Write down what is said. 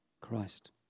Christ